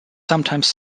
sometimes